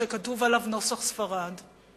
שכתוב עליו "נוסח ספרד".